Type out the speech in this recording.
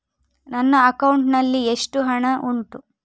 ನನ್ನ ಅಕೌಂಟ್ ನಲ್ಲಿ ಎಷ್ಟು ಹಣ ಉಂಟು?